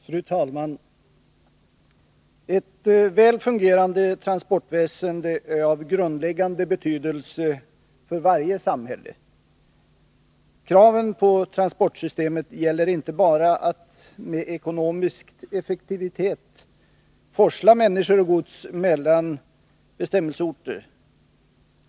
Fru talman! Ett väl fungerande transportväsende är av grundläggande betydelse för varje samhälle. Kraven på transportsystemet gäller inte bara att med ekonomisk effektivitet forsla människor och gods mellan bestämmelseorter.